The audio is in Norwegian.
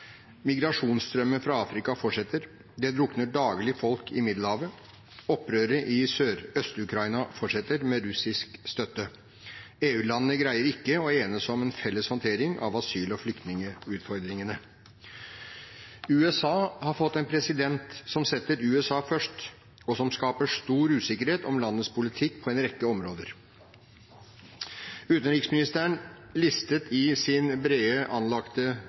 fra Afrika fortsetter. Det drukner daglig folk i Middelhavet. Opprøret i Øst-Ukraina fortsetter, med russisk støtte. EU-landene greier ikke å enes om en felles håndtering av asyl- og flyktningutfordringene. USA har fått en president som setter USA først, og som skaper stor usikkerhet om landets politikk på en rekke områder. Utenriksministeren listet i sin bredt anlagte